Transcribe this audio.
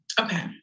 okay